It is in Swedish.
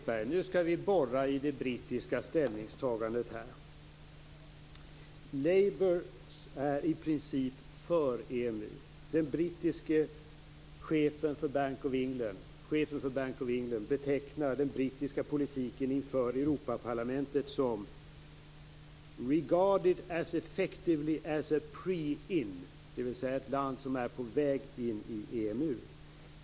Fru talman! Nu skall vi borra i det brittiska ställningstagandet, Sören Lekberg. Labour är i princip för EMU. Chefen för Bank of England betecknar den brittiska politiken inför Europaparlamentet som "regarded as effectively as a prein", dvs. ett land som är på väg in i EMU.